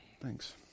Thanks